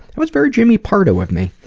and was very jimmy pardo of me.